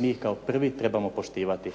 mi kao prvi trebamo poštivati.